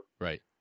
right